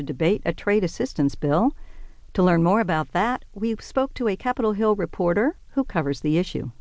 to debate a trade assistance bill to learn more about that we spoke to a capitol hill reporter who covers the issue